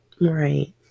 Right